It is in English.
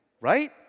right